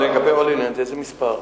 לגבי "הולילנד" איזה מספר?